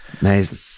amazing